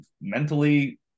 mentally